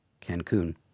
Cancun